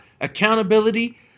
accountability